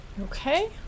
Okay